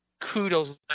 kudos